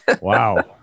wow